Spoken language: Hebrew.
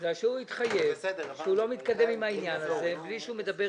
הוא התחייב שהוא לא מתקדם עם העניין הזה בלי שהוא מדבר